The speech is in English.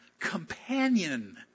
companion